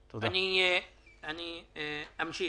אני מברך